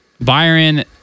Byron